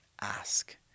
Ask